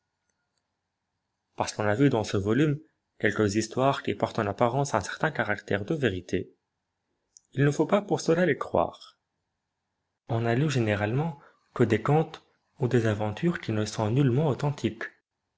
parce qu'on a vu dans ce volume quelques histoires qui portent en apparence une certain caractère de vérité il ne faut pas pour cela les croire on n'a lu généralement que des contes ou des aventures qui ne sont nullement authentiques